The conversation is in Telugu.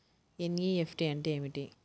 ఎన్.ఈ.ఎఫ్.టీ అంటే ఏమిటి?